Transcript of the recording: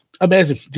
amazing